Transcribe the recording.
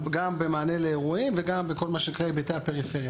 במענה לאירועים וגם בכל מה שקורה בתא הפריפריה.